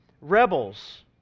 rebels